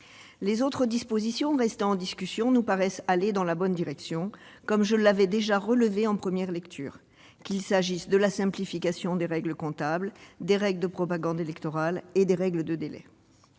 Les autres dispositions restant en discussion nous paraissent aller dans la bonne direction, comme je l'avais déjà relevé lors de la première lecture, qu'il s'agisse de la simplification des règles comptables, des règles de propagande électorale ou des règles de délai.